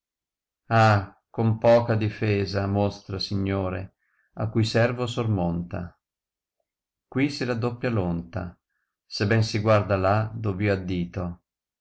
ah compoca difesa mostra signore a cui servo sormonta qui si raddoppia v onta se ben si guarda là dov io